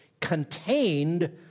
contained